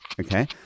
Okay